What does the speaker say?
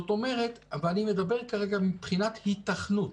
אני מדבר כרגע מבחינת היתכנות.